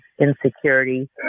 insecurity